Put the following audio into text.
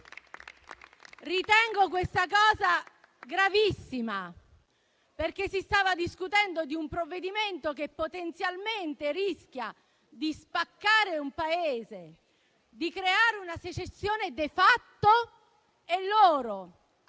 Ritengo che questo sia gravissimo, perché si stava discutendo di un provvedimento che potenzialmente rischia di spaccare un Paese, di creare una secessione *de facto* e loro